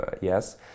yes